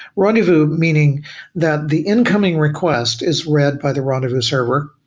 rendezvous meaning that the incoming request is read by the rendezvous server,